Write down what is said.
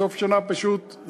סוף שנה פשוט,